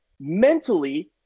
mentally